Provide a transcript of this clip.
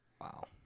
wow